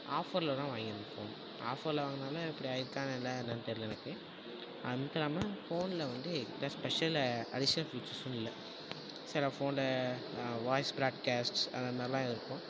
ஆஃபரில் தான் வாங்கியிருந்தேன் ஃபோன் ஆஃபரில் வாங்கனதுனால இப்படி ஆயிருச்சா இல்லை என்னன்னு தெரில எனக்கு அது மட்டும் இல்லாமல் ஃபோனில் வந்து பெஷ் ஸ்பெஷல் அடிஷ்னல் ஃபியூச்சர்ஸும் இல்லை சில ஃபோனில் வாய்ஸ் ப்ராக் அஸ்சிஸ்ட் அதை மாதிரிலாம் இருக்கும்